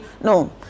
No